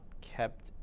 kept